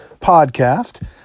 podcast